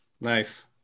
Nice